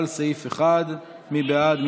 לסעיף 1. מי בעד?